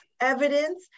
evidence